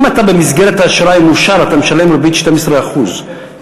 אם אתה במסגרת אשראי מאושר אתה משלם 12% ריבית,